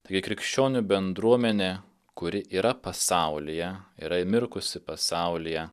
taigi krikščionių bendruomenė kuri yra pasaulyje yra įmirkusi pasaulyje